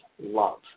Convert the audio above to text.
love